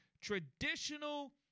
traditional